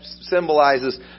symbolizes